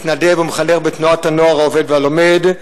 מתנדב ומחנך בתנועת הנוער העובד והלומד.